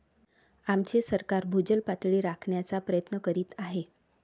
आमचे सरकार भूजल पातळी राखण्याचा प्रयत्न करीत आहे